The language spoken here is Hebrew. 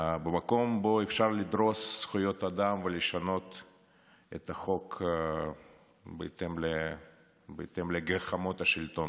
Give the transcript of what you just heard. במקום שבו אפשר לדרוס זכויות אדם ולשנות את החוק בהתאם לגחמות השלטון,